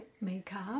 makeup